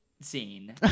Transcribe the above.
scene